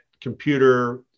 computer